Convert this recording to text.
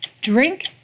drink